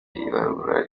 ibarura